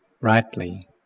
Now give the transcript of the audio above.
rightly